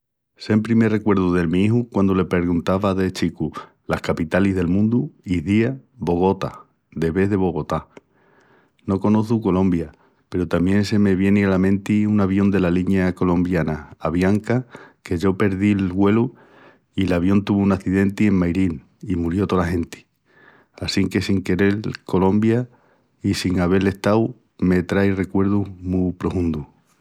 Siempre me recuerdu del mi iju que quandu le perguntava de chicu las capitalis del mundu izía Bogota de vés de Bogotá. No conoçu Colombia peru tamén se me vieni ala menti un avión dela linia colombiana Avianca que yo perdí'l vuelu i l'avión tuvu un acidenti en Mairil i murió tola genti. Assinque sin querel Colombia, i sin avel estau, me trai recuerdus mu prohundus.